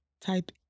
Type